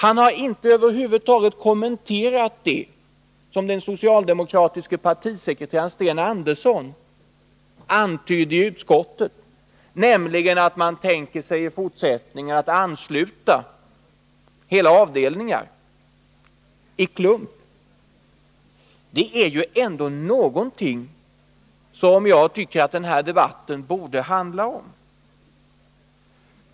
Han har inte över huvud taget kommenterat det som den socialdemokratiska partisekreteraren Sten Andersson antydde i utskottet, nämligen att man tänker sig att i fortsättningen ansluta hela avdelningar i klump. Det är ändå något som jag tycker att den här debatten borde handla om.